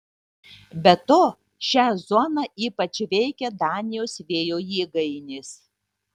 be to šią zoną ypač veikia danijos vėjo jėgainės